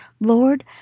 Lord